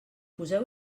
poseu